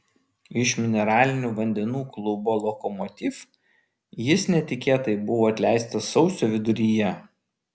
iš mineralinių vandenų klubo lokomotiv jis netikėtai buvo atleistas sausio viduryje